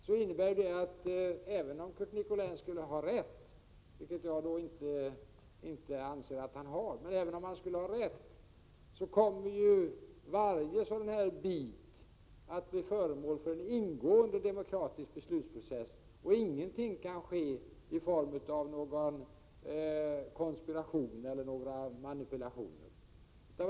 Det innebär att även om Curt Nicolin skulle ha rätt, vilket jag anser att han inte har, kommer varje vägsträcka att bli föremål för en ingående demokratisk beslutsprocess. Det kan inte ske någonting i form av konspiration eller manipulationer.